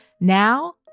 Now